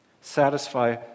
Satisfy